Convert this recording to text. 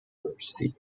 university